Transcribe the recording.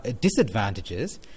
disadvantages